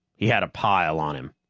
he had a pile on him.